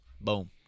Boom